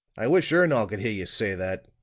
i wish ernol could hear you say that!